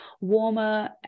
warmer